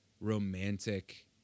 romantic